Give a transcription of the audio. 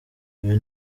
uyu